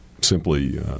simply